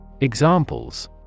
Examples